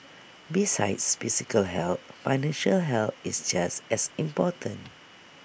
besides physical health financial health is just as important